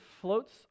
floats